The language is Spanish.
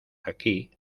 aquí